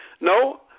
No